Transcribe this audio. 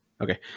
Okay